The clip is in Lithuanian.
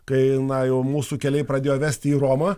kai na jau mūsų keliai pradėjo vesti į romą